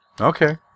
Okay